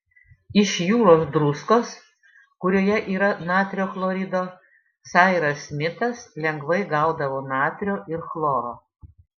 iš jūros druskos kurioje yra natrio chlorido sairas smitas lengvai gaudavo natrio ir chloro